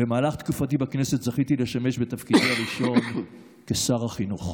במהלך תקופתי בכנסת זכיתי לשמש בתפקידי הראשון כשר החינוך.